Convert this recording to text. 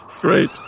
great